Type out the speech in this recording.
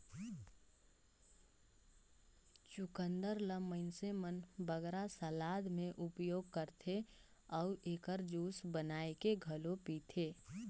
चुकंदर ल मइनसे मन बगरा सलाद में उपयोग करथे अउ एकर जूस बनाए के घलो पीथें